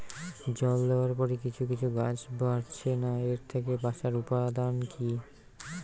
জল দেওয়ার পরে কিছু কিছু গাছ বাড়ছে না এর থেকে বাঁচার উপাদান কী?